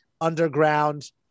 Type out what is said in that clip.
underground